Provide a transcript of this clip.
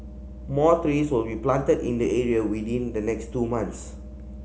more trees will be planted in the area within the next two months